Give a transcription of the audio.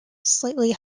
slightly